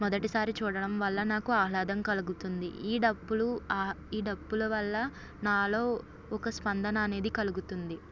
మొదటిసారి చూడడం వల్ల నాకు ఆహ్లాదం కలుగుతుంది ఈ డప్పులు ఈ డప్పులు వల్ల నాలో ఒక స్పందన అనేది కలుగుతుంది